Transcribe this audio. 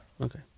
Okay